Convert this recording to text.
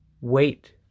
wait